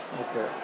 Okay